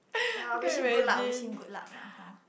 ya wish him good luck wish him good luck lah hor